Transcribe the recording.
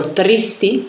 tristi